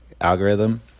algorithm